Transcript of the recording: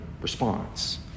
response